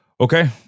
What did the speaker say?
Okay